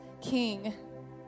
king